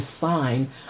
sign